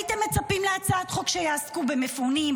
הייתם מצפים להצעות חוק שיעסקו במפונים,